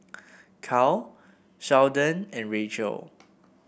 Cale Sheldon and Racheal